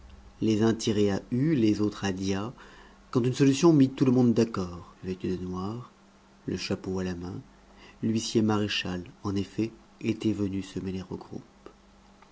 les uns tiraient à hue les autres à dia quand une solution mit tout le monde d'accord vêtu de noir le chapeau à la main l'huissier maréchal en effet était venu se mêler au groupe